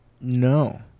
No